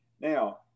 Now